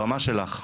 הבמה שלך.